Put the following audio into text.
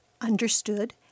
understood